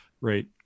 Right